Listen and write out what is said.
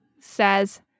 says